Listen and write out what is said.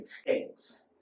States